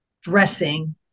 dressing